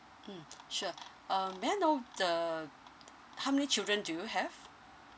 mm sure um may I know the how many children do you have